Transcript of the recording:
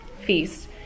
feast